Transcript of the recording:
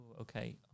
Okay